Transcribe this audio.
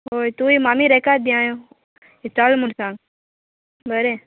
वोय तुंय मामी रेकाद दी हांयें इचाल्लां म्हूण सांग बरें